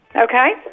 Okay